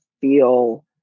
feel